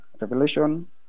Revelation